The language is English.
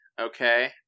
Okay